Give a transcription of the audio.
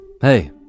Hey